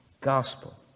gospel